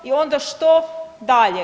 I onda što dalje?